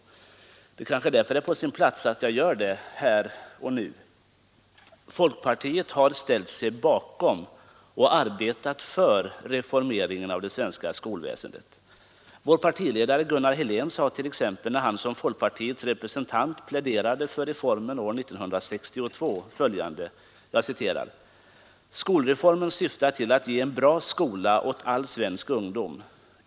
Det kanske därför är på sin plats att jag gör det här och nu. Folkpartiet har ställt sig bakom och arbetat för reformeringen av det svenska skolväsendet. Vår partiledare Gunnar Helén sade t.ex. när han som folkpartiets representant pläderade för reformerna år 1962 följande: ”Skolreformen syftar till att ge en bra skola åt all svensk ungdom.